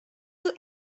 ist